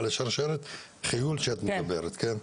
על שרשרת החיול שאת מדברת עליה.